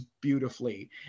beautifully